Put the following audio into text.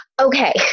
Okay